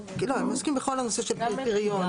הם עוסקים בכל הנושא של פריון.